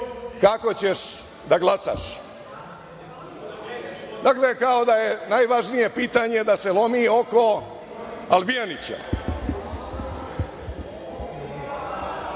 kako ćeš da glasaš? Dakle, kao da je najvažnije pitanje da se lomi oko Albijanića.